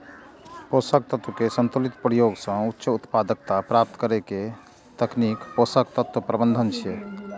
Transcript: पोषक तत्व के संतुलित प्रयोग सं उच्च उत्पादकता प्राप्त करै के तकनीक पोषक तत्व प्रबंधन छियै